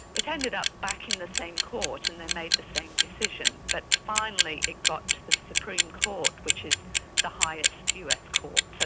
it ended up back in the same court and they made the same decision, but finally it got to the supreme court which is the highest us court. ah